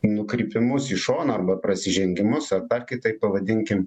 nukrypimus į šoną arba prasižengimus ar dar kitaip pavadinkim